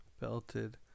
belted